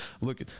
look